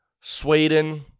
Sweden